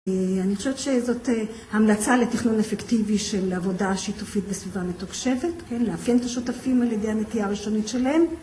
אני חושבת שזאת המלצה לתכנון אפקטיבי של עבודה שיתופית בסביבה מתוקשבת לאפיין את השותפים על ידי הנטייה הראשונית שלהם